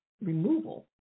removal